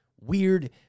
weird